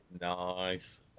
Nice